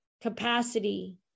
capacity